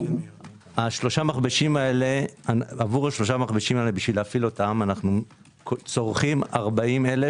3 המכבשים הללו עבורם כדי להפעילם מנו צורכים 40,000